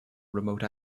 remote